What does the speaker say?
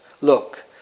look